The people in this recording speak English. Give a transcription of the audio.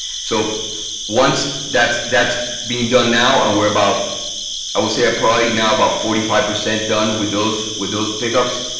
so once that's that's being done now, and we're about i would say probably now about forty five percent done with those with those pickups.